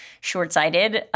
short-sighted